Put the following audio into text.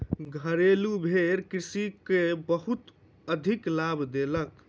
घरेलु भेड़ कृषक के बहुत अधिक लाभ देलक